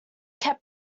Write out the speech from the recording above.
kept